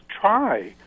try